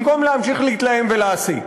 במקום להמשיך להתלהם, במקום להמשיך להסית,